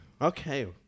okay